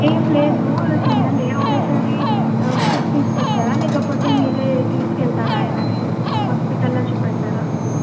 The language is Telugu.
ఏం లేదు తినలే ఒకసారి ఫుడ్ తీసుకొస్తారా లేకపోతే మీరే తీసుకెళ్తారా ఆయనని హాస్పిటల్లో చూపెడతారా